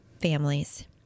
families